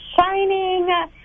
shining